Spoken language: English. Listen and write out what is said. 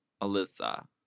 Alyssa